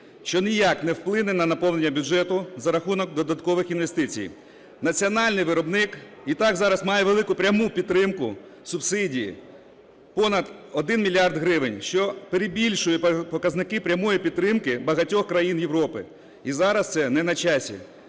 що ніяк не вплине на наповнення бюджету за рахунок додаткових інвестицій. Національний виробник і так зараз має велику пряму підтримку субсидій, понад один мільярд гривень, що перебільшує показники прямої підтримки багатьох країн Європи і зараз це не на часі.